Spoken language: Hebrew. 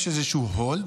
יש איזשהו hold,